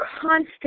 constant